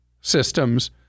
systems